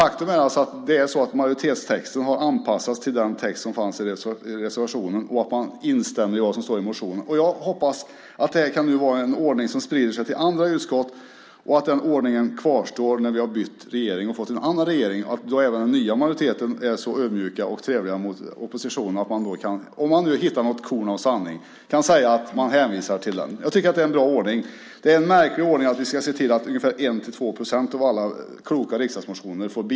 Faktum är att majoritetstexten anpassats till den text som finns i reservationen. Majoriteten instämmer alltså i det som står i motionen. Jag hoppas att det är en ordning som sprider sig även till andra utskott och att den ordningen kvarstår när vi bytt regering så att också den nya majoriteten då är så ödmjuk och trevlig mot oppositionen att den, om den hittar ett korn av sanning, kan hänvisa till deras motioner. Det vore en bra ordning. I dag har vi en märklig ordning när endast 1-2 procent av alla kloka riksdagsmotioner tillstyrks.